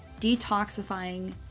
detoxifying